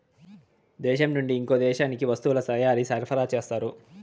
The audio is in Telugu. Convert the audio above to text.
దేశం నుండి ఇంకో దేశానికి వస్తువుల తయారీ సరఫరా చేస్తారు